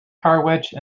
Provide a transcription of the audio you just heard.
harwich